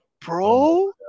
Bro